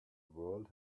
world